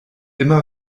immer